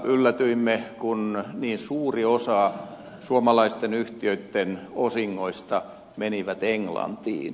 yllätyimme kun niin suuri osa suomalaisten yhtiöitten osingoista meni englantiin